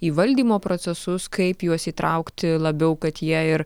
į valdymo procesus kaip juos įtraukti labiau kad jie ir